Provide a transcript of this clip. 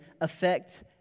affect